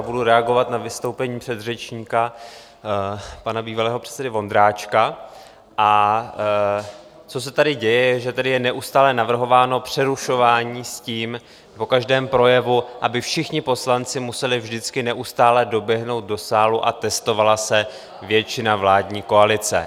Budu reagovat na vystoupení předřečníka, pana bývalého předsedy Vondráčka, a co se tady děje, že tady je neustále navrhováno přerušování s tím, po každém projevu, aby všichni poslanci museli vždycky neustále doběhnout do sálu a testovala se většina vládní koalice.